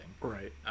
Right